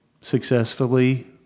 successfully